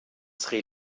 sri